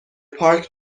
پارک